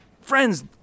Friends